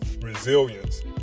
resilience